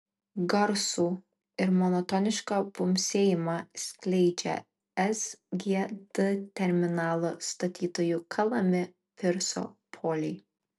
garsų ir monotonišką bumbsėjimą skleidžia sgd terminalo statytojų kalami pirso poliai